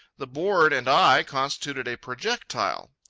the board and i constituted a projectile.